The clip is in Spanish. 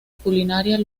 culinaria